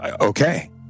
okay